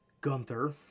Gunther